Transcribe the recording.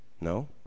No